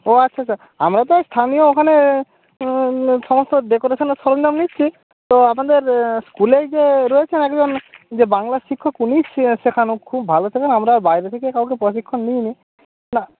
ও আচ্ছা আচ্ছা আমরা তো ওই স্থানীয় ওখানে সমস্ত ডেকোরেশনের সরঞ্জাম নিচ্ছি তো আপনাদের স্কুলেই যে রয়েছে একজন যে বাংলার শিক্ষক উনিই শেখানো খুব ভালো শেখান আমরা বাইরে থেকে কাউকে প্রশিক্ষণ নিইনি না